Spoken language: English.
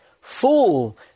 Fool